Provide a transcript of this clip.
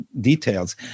details